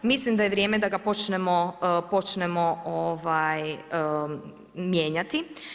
Mislim da je vrijeme da ga počnemo mijenjati.